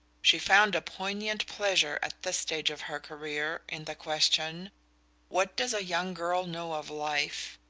she found a poignant pleasure, at this stage of her career, in the question what does a young girl know of life?